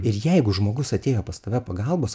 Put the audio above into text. ir jeigu žmogus atėjo pas tave pagalbos